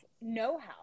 know-how